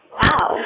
wow